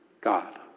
God